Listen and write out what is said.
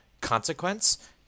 consequence